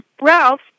Ralph